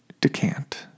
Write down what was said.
Decant